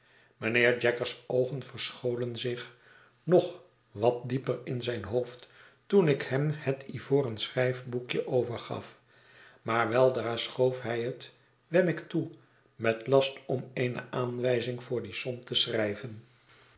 mijnheer jaggers oogen verscholen zich nog wat dieper in zijn hoofd toen ikhem hetivoren schrijfboekje overgaf maar weldra schoof hij het wemmick toe met last om eene aanwijzing voor die som te schrijven